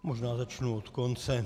Možná začnu od konce.